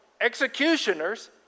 executioners